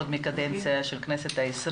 עוד מהכנסת ה-20.